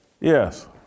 Yes